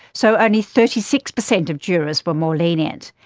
so only thirty six percent of jurors were more lenient,